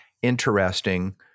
Interesting